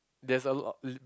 there's a lot